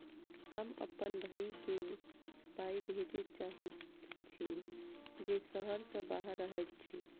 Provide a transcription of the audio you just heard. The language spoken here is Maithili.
हम अप्पन भयई केँ पाई भेजे चाहइत छि जे सहर सँ बाहर रहइत अछि